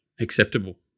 acceptable